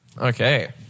Okay